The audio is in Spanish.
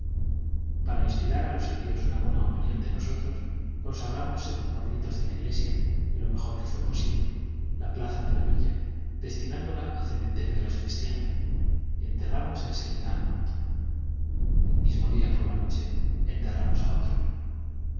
para inspirar a los indios una buena opinión de nosotros consagramos según los ritos de la iglesia y lo mejor que fué posible la plaza de la villa destinándola a cementerio de los cristianos y enterramos en seguida al muerto el mismo día por la noche enterramos a otro